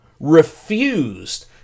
refused